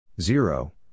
zero